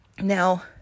Now